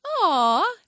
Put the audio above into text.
Aw